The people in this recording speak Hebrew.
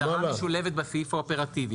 ההגדרה משולבת בסעיף האופרטיבי.